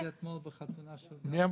היא אמרה את זה אתמול בחתונה של גפני.